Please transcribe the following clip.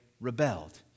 rebelled